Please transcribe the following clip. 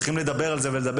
צריכים לדבר על זה ולעשות.